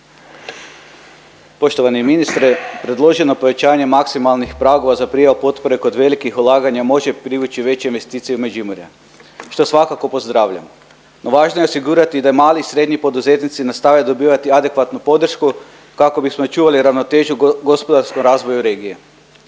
Poštovani ministre, predloženo pojačanje maksimalnih pragova za prijavu potpore kod velikih ulaganja može privući veće investicije Međimurja što svakako pozdravljamo. No važno je osigurati da mali i srednji poduzetnici nastave dobivati adekvatnu podršku, kako bismo čuvali ravnotežu gospodarsko razvoju regije.